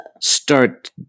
Start